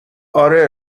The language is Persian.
آره